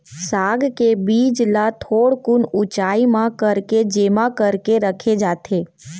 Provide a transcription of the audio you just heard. साग के बीज ला कहाँ अऊ केती जेमा करके रखे जाथे?